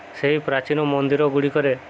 ସେହି ପ୍ରାଚୀନ ମନ୍ଦିରଗୁଡ଼ିକରେ